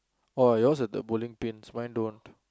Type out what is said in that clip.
oh yours have the bowling pins mine don't